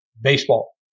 baseball